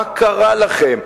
מה קרה לכם?